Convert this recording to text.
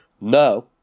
no